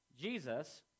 Jesus